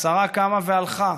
השרה קמה והלכה.